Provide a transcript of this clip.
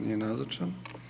Nije nazočan.